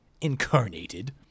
incarnated